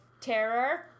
terror